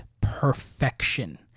perfection